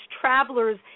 travelers